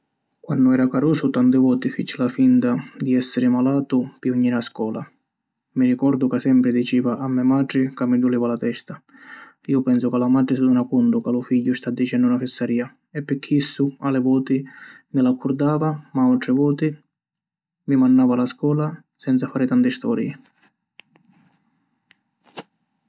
Quannu era carusu tanti vôti fici la finta di essiri malatu pi 'un jiri a scola. Mi ricordu ca sempri diciva a me matri ca mi duliva la testa. Iu pensu ca la matri si duna cuntu ca lu figghiu sta dicennu na fissaria e pi chissu a li vôti mi l’accurdava ma autri vôti mi mannava a la scola senza fari tanti storî.